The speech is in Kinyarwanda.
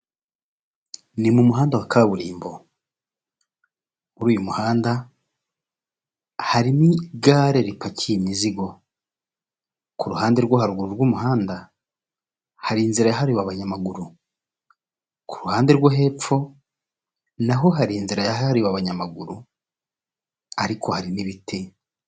Ni mu muhanda wa kaburimbo, muri uyu muhanda, harimo igare ripakiye imizigo. Ku ruhande rwo haruguru rw'umuhanda, hari inzira yahariwe abanyamaguru, ku ruhande rwo hepfo, naho hari inzira yahariwe abanyamaguru, ariko harimo ibiti.